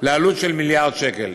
לעלות של מיליארד שקל.